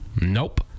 Nope